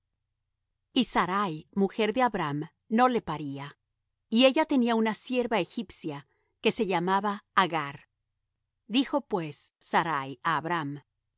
y sarai mujer de abram no le paría y ella tenía una sierva egipcia que se llamaba agar dijo pues sarai